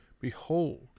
Behold